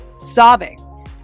sobbing